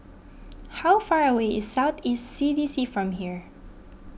how far away is South East C D C from here